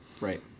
Right